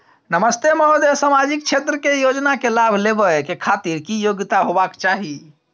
नमस्ते महोदय, सामाजिक क्षेत्र के योजना के लाभ लेबै के खातिर की योग्यता होबाक चाही?